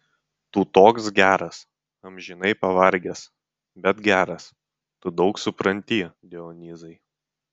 tu toks geras amžinai pavargęs bet geras tu daug supranti dionyzai